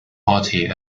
party